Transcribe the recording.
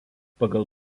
pagal